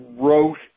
wrote